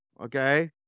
okay